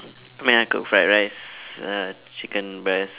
I mean I cook fried rice uh chicken breast